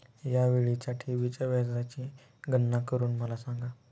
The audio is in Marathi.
या वेळीच्या ठेवीच्या व्याजाची गणना करून मला सांगा